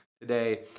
Today